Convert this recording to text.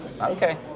Okay